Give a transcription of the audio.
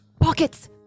Pockets